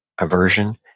aversion